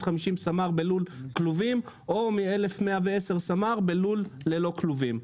סמ"ר בלול כלובים או מ- 1,110 סמ"ר בלול ללא כלובים.".